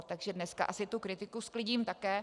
Takže dneska asi tu kritiku sklidím také.